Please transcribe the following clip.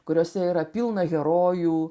kuriose yra pilna herojų